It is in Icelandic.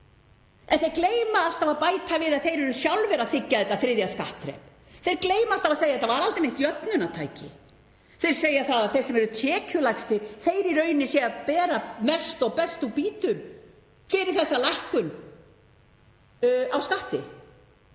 En þeir gleyma alltaf að bæta við að þeir eru sjálfir að þiggja þetta þriðja skattþrep. Þeir gleyma alltaf að segja: Þetta var aldrei neitt jöfnunartæki. Þeir segja að þeir sem eru tekjulægstir beri í raun mest og best úr býtum fyrir þessa lækkun á skatti.